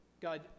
God